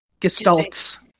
Gestalts